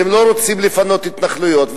והם לא רוצים לפנות התנחלויות,